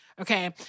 okay